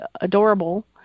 adorable